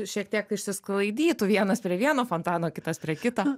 šiek tiek išsisklaidytų vienas prie vieno fontano kitas prie kito